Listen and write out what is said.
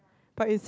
but it's